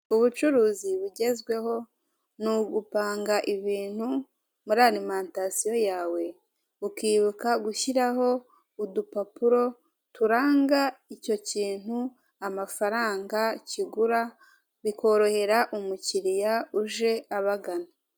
Ubucuruzi bugezweho nugupanga ibintu muri arimantasiyo yawe ukibuka gushyiraho udupapuro turanga icyo kintu amafaranga kigura bikorohera umukiriya uje abagana.